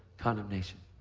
condemnation.